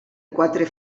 quatre